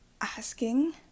asking